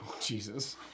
Jesus